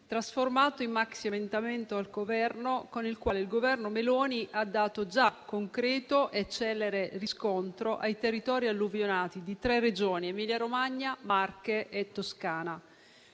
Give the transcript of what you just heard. trasformato in maxiemendamento, con il quale il Governo Meloni ha dato già concreto e celere riscontro ai territori alluvionati di tre Regioni: Emilia-Romagna, Marche e Toscana.